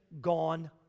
gone